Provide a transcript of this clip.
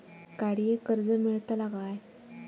गाडयेक कर्ज मेलतला काय?